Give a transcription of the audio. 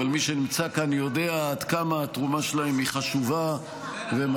אבל מי שנמצא כאן יודע עד כמה התרומה שלהם היא חשובה ומשמעותית.